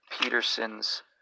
Peterson's